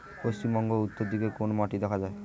পশ্চিমবঙ্গ উত্তর দিকে কোন মাটি দেখা যায়?